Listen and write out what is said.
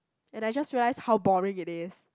and I just realise how boring it is